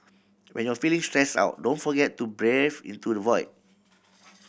when you feeling stress out don't forget to breathe into the void